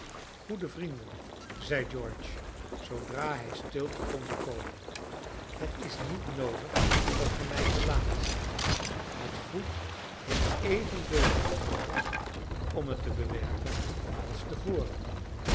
goede vrienden zeide george zoodra hij stilte kon bekomen het is niet noodig dat ge mij verlaat het goed heeft evenveel handen noodig om het te bewerken als te voren